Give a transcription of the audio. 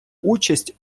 участь